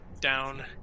down